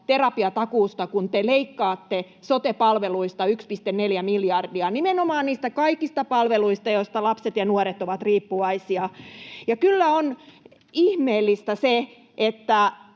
terapiatakuusta, kun te leikkaatte sote-palveluista 1,4 miljardia — nimenomaan niistä kaikista palveluista, joista lapset ja nuoret ovat riippuvaisia. Se on tuttua, että